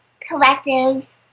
collective